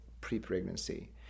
pre-pregnancy